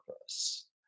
purpose